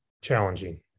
challenging